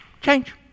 Change